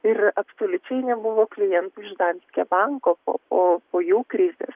ir absoliučiai nebuvo klientų iš danske banko po po po jų krizės